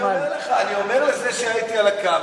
אני אומר לְזה שהיה אתי על הקו,